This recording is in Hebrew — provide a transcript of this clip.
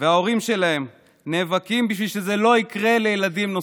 ההורים שלהם נאבקים בשביל שזה לא יקרה לילדים נוספים.